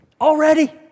Already